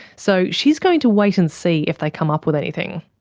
so she's going to wait and see if they come up with anything.